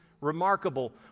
remarkable